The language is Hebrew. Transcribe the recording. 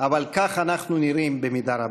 אבל כך אנחנו נראים, במידה רבה.